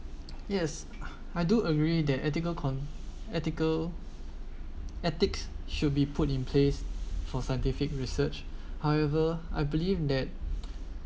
yes I do agree that ethical con~ ethical ethics should be put in place for scientific research however I believe that